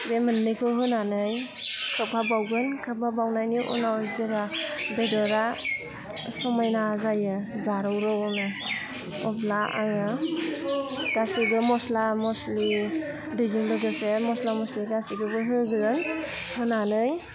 बे मोननैखौ होनानै खोबहाबबावगोन खोबहाबबावनायनि उनाव जेला बेदरा समायना जायो जारौ रौनो अब्ला आङो गासैबो मस्ला मस्लि दैजों लोगोसे मस्ला मस्लि गासैखौबो होगोन होनानै